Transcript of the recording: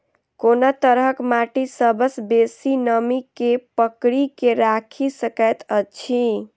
कोन तरहक माटि सबसँ बेसी नमी केँ पकड़ि केँ राखि सकैत अछि?